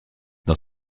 dans